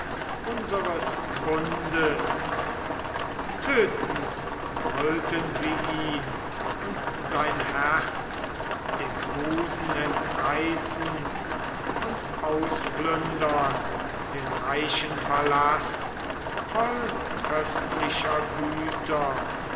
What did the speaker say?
unseres bundes töten wollten sie ihn und sein herz dem busen entreißen und ausplündern den reichen palast voll köstlicher güter